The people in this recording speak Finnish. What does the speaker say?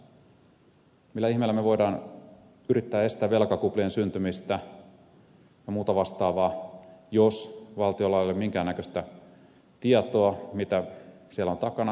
millä ihmeellä me voimme yrittää estää velkakuplien syntymistä ja muuta vastaavaa jos valtiolla ei ole minkäännäköistä tietoa mitä siellä on takana